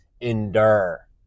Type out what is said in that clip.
endure